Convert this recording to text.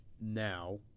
Now